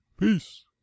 Peace